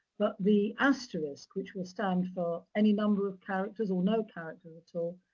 but, the asterisk, which will stand for any number of characters or no character at all,